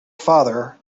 father